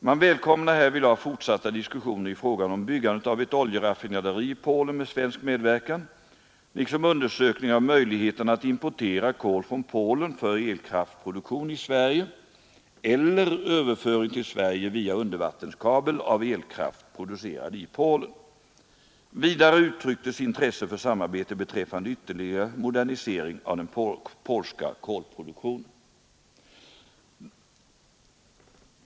Man välkomnar härvidlag fortsatt diskussion i fråga om byggandet av ett oljeraffinaderi i Polen med svensk medverkan, liksom undersökning av möjligheten att importera kol från Polen för elkraftproduktion i Sverige eller överföring till Sverige via undervattenskabel av elkraft producerad i Polen. Vidare uttrycktes intresse för samarbete beträffande ytterligare modernisering av den polska kolproduktionen.